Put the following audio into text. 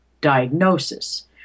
diagnosis